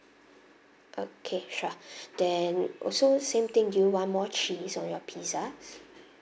okay sure then also same thing do you want more cheese on your pizza